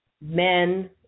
men